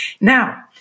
Now